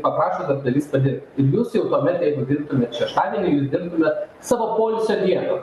paprašo darbdavys padirbt tai jūs jau tuomet jeigu dirbtumėt šeštadienį jūs dirbtumėt savo poilsio dieną